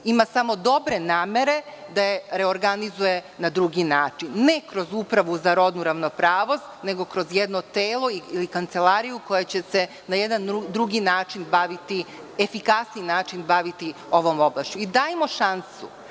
Ima samo dobre namere da je reorganizuje na drugi način, ne kroz Upravu za rodnu ravnopravnost, nego kroz jedno telo ili kancelariju koja će se na efikasniji način baviti ovom oblašću. Dajmo šansu